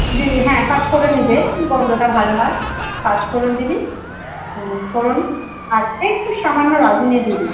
দিবি হ্যাঁ পাঁচ ফোড়নই দে গন্ধটা ভালো হয় পাঁচ ফোড়ন দিবি ফোড়ন আর একটু সামান্য রাধুনি দিবি